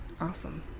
awesome